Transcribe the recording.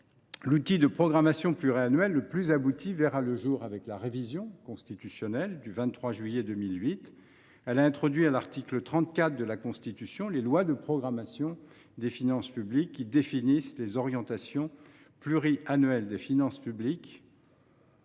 l’outil de programmation pluriannuelle le plus abouti a vu le jour avec la révision constitutionnelle du 23 juillet 2008, qui a introduit à l’article 34 de la Constitution les lois de programmation des finances publiques. Ces textes, en effet, définissent les orientations pluriannuelles des finances publiques,